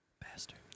Bastard